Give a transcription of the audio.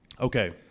Okay